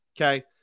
Okay